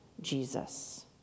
Jesus